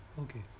Okay